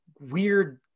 weird